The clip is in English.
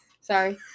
Sorry